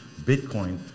Bitcoin